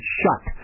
shut